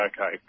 okay